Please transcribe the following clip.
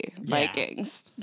Vikings